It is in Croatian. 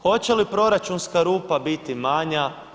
Hoće li proračunska rupa biti manja?